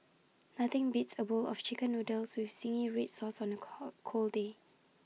nothing beats A bowl of Chicken Noodles with Zingy Red Sauce on A call cold day